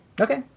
Okay